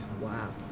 Wow